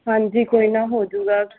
ਹਾਂਜੀ ਕੋਈ ਨਾ ਹੋ ਜੂਗਾ